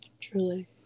truly